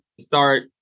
start